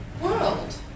world